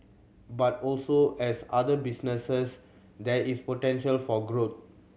but also as other businesses there is potential for growth